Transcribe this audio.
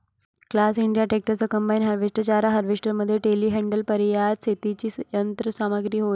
class India tractors, combine harvester, चारा harvester मध्ये टेलीहँडलरपर्यंत शेतीची यंत्र सामग्री होय